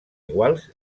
iguals